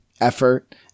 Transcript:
effort